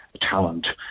talent